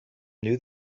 knew